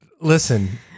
Listen